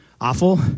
awful